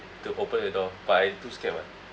to open the door but I too scared [what]